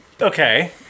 Okay